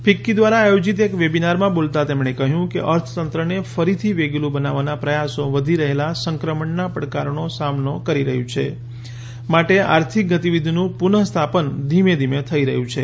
ફીક્કી દ્વારા આયોજિત એક વેબિનારમાં બોલતાં તેમણે કહ્યું કે અર્થતંત્રને ફરીથી વેગીલું બનાવવાના પ્રયાસો વધી રહેલા સંક્રમણના પડકારોનો સામનો કરી રહ્યું છે માટે આર્થિક ગતિવિધિનું પુનઃ સ્થાપન ધીમે ધીમે થઈ રહ્યું છે